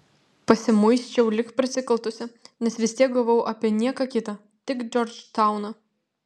pasimuisčiau lyg prasikaltusi nes vis tiek negalvojau apie nieką kitą tik džordžtauną